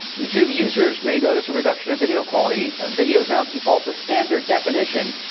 youtube users may notice a reduction of video quality of videos now people to standard definition.